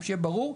שיהיה ברור,